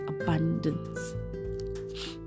abundance